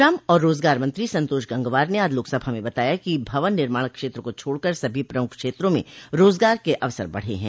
श्रम और रोजगार मंत्री संतोष गंगवार ने आज लोकसभा में बताया कि भवन निर्माण क्षेत्र को छोड़कर सभी प्रमुख क्षेत्रों में रोजगार के अवसर बढ़े हैं